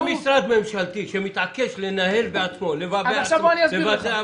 כל משרד ממשלתי שמתעקש לנהל בעצמו כושל.